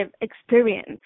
experience